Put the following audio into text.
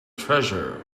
treasure